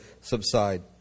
subside